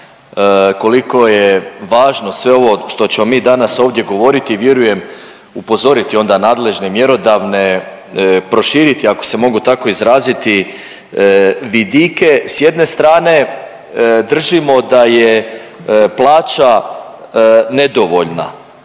koliko je važno sve ovo što ćemo mi danas ovdje govoriti i vjerujem upozoriti onda nadležne, mjerodavne, proširiti ako se mogu tako izraziti vidike. S jedne strane držimo da je plaća nedovoljna